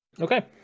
Okay